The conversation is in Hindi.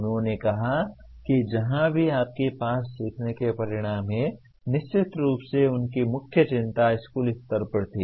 उन्होंने कहा कि जहां भी आपके पास सीखने के परिणाम हैं निश्चित रूप से उनकी मुख्य चिंता स्कूल स्तर पर थी